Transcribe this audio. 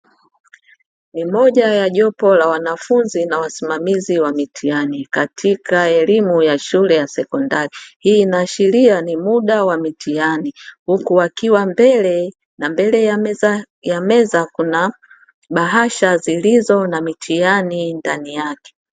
Ni moja ya jopo la wanafunzi na wasimamizi wa mitiani katika elimu ya shule ya sekondari, hii inaashiria ni muda wa mitihani huku wakiwa mbele na mbele ya meza kuna bahasha zilizo na mitihani ndani yake.